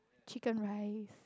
chicken rice